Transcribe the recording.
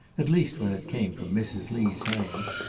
at least when it came from mrs. lee's hands,